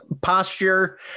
posture